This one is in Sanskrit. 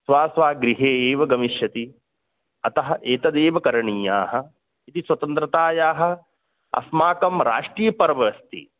स्व स्व गृहे एव गमिष्यति अतः एतदेव करणीयः इति स्वतन्त्रता अस्माकं राष्ट्रीयपर्वः अस्ति